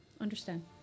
Understand